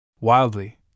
Wildly